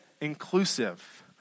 inclusive